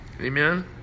Amen